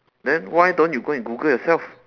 then why don't you go and google yourself